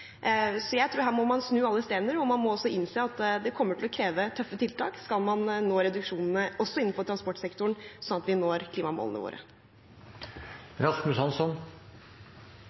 Jeg tror at her må man snu alle steiner. Man må også innse at det kommer til å kreve tøffe tiltak skal man nå reduksjonene, også innenfor transportsektoren, slik at vi når klimamålene